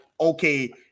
okay –